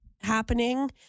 happening